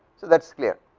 that isclear,